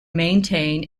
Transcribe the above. maintain